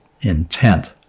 intent